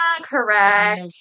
Correct